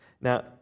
Now